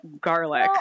garlic